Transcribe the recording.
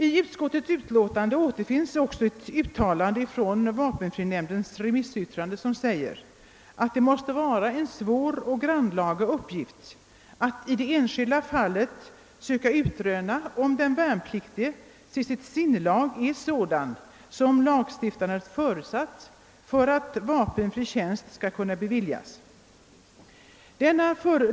I utskottets utlåtande återfinns också ett utdrag ur vapenfrinämndens remissyttrande, där det sägs att det »måste vara en svår och grannlaga uppgift att i det enskilda fallet söka utröna, om den värnpliktige till sitt sinnelag är sådan som lagstiftaren förutsatt för att vapenfri tjänst skall kunna beviljas honom.